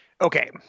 Okay